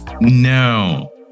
No